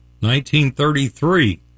1933